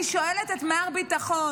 אני שואלת את מר ביטחון: